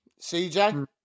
CJ